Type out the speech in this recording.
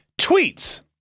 Tweets